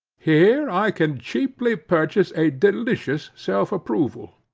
here i can cheaply purchase a delicious self-approval.